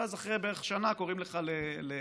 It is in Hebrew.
ואז אחרי בערך שנה קוראים לך למילואים.